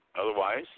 otherwise